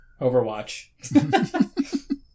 Overwatch